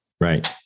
Right